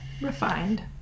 refined